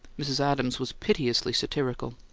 mrs. adams was piteously satirical.